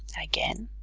again